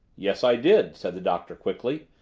yes, i did, said the doctor quickly,